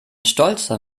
stolzer